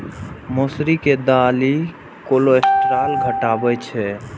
मौसरी के दालि कोलेस्ट्रॉल घटाबै छै